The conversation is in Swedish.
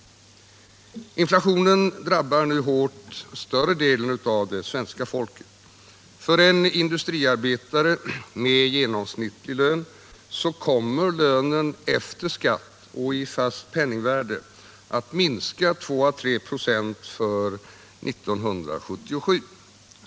Inflationen drabbar i dag hårt större delen av det svenska folket. För en industriarbetare med genomsnittlig lön kommer lönen efter skatt och i fast penningvärde att minska 2 å 3 96 för 1977.